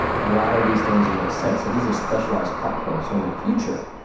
a lot of these things make sense. so these are specialized platforms on the future.